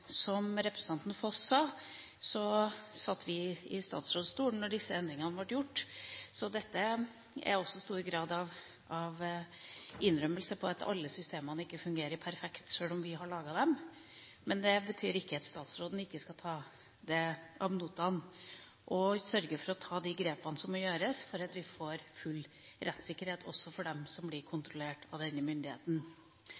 Som representanten Per-Kristian Foss sa, satt vi i statsrådstolen da disse endringene ble gjort. Dette er også uttrykk for stor grad av innrømmelse av at alle systemene ikke fungerer perfekt, sjøl om vi har laget dem. Det betyr ikke at statsråden ikke skal ta det ad notam og sørge for å ta de grepene som sikrer full rettssikkerhet, også for dem som blir